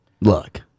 Look